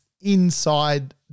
inside